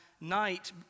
night